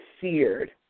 seared